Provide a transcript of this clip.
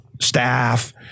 staff